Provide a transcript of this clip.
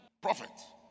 Prophet